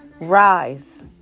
rise